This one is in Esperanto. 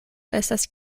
estas